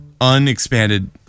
unexpanded